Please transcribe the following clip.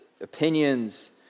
opinions